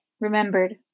remembered